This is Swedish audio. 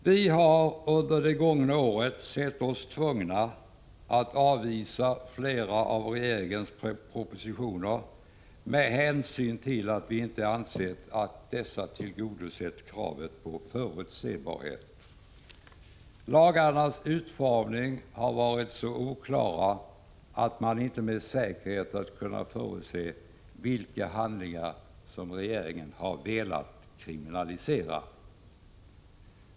Vi har under det gångna året sett oss tvungna att avvisa flera av regeringens propositioner med hänvisning till att vi inte ansett att dessa tillgodosett kravet på förutsebarhet. Lagarnas utformning har varit så oklar att man inte med säkerhet har kunnat förutse vilka handlingar som regeringen har velat kriminalisera.